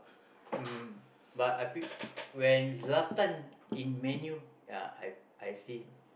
um but I pre~ when Zlatan in Man-U ya I I see